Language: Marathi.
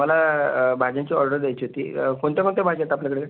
मला भाज्यांची ऑर्डर द्यायची होती कोणत्या कोणत्या भाज्या आहेत आपल्याकडे